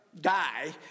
die